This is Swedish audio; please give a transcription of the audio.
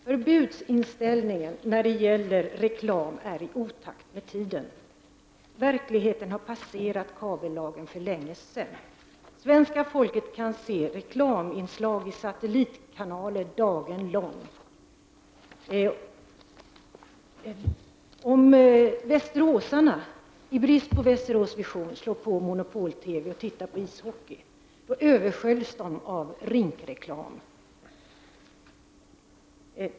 Förbudsinställningen när det gäller reklam är i otakt med tiden. Verkligheten har passerat kabellagen för länge sedan. Svenska folket kan se reklaminslag i satellitkanaler dagen lång. Om nu västeråsarna i brist på Västerås Vision sätter sig ned och tittar på ishockey VM i vår monopol-TV, översköljs de av rinkreklam.